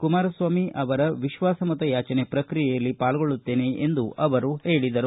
ಕುಮಾರಸ್ವಾಮಿ ಅವರ ವಿಶ್ವಾಸಮತಯಾಚನೆ ಪ್ರಕ್ರಿಯೆಯಲ್ಲಿ ಪಾಲ್ಗೊಳ್ಳುತ್ತೇನೆ ಎಂದು ಹೇಳಿದರು